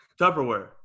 Tupperware